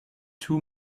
two